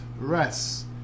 rest